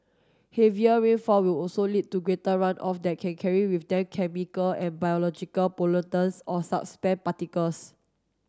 heavier rainfall will also lead to greater runoff that can carry with them chemical and biological pollutants or particles